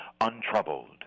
untroubled